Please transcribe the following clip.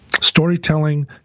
storytelling